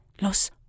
los